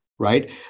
Right